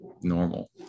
normal